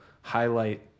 highlight